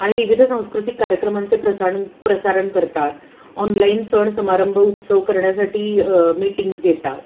आणि विविध सांस्कृतिक कार्यक्रमांचे प्रसारण प्रसारण करतात ऑनलाईन सण समारंभ उत्सव करण्यासाठी मीटिंग्स घेतात